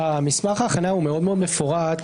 מסמך ההכנה מאוד מאוד מפורט,